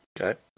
okay